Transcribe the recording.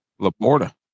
Laporta